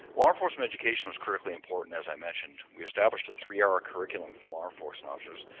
law enforcement education was critically important as i mentioned. we established a three-hour curriculum for law enforcement officers,